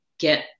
get